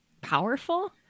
powerful